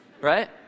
Right